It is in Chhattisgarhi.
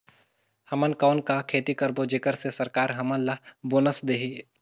हमन कौन का खेती करबो जेकर से सरकार हमन ला बोनस देही?